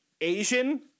Asian